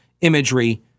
imagery